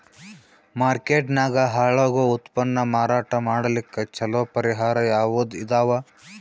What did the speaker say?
Market ನಾಗ ಹಾಳಾಗೋ ಉತ್ಪನ್ನ ಮಾರಾಟ ಮಾಡಲಿಕ್ಕ ಚಲೋ ಪರಿಹಾರ ಯಾವುದ್ ಇದಾವ?